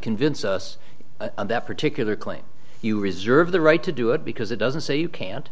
convince us that particular claim you reserve the right to do it because it doesn't say you can't